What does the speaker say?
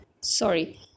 sorry